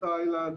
תאילנד,